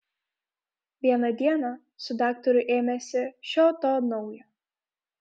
vieną dieną su daktaru ėmėsi šio to naujo